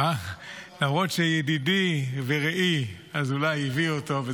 למרות שידידי ורעי אזולאי הביא אותו,